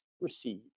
Receive